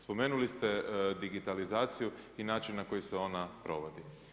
Spomenuli ste digitalizaciju i način na koji se ona provodi.